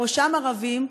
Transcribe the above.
בראשם ערבים,